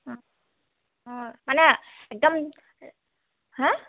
অঁ মানে একদম হা